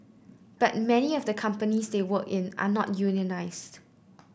but many of the companies they work in are not unionised